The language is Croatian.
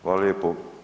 Hvala lijepo.